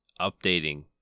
updating